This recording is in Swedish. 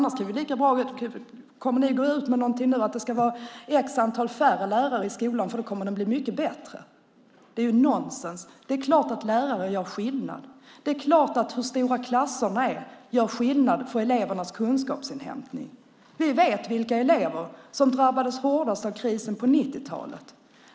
Kommer ni att gå ut med att det ska vara färre lärare i skolan för att den kommer att bli mycket bättre då? Det är ju nonsens! Det är klart att lärare gör skillnad! Det är klart att hur stora klasserna är gör skillnad för elevernas kunskapsinhämtning. Vi vet vilka elever som drabbades hårdast av krisen på 90-talet.